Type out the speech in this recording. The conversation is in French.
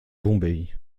bombay